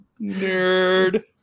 Nerd